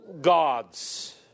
gods